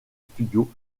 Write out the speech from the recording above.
studio